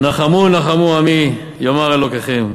"נחמו נחמו עמי יאמר אלוקיכם,